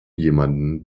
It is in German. jemanden